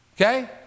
okay